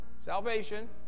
salvation